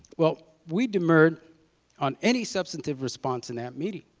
well, we demurred on any substantive response in that meeting.